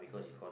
(uh huh)